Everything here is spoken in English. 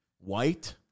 white